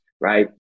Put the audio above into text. right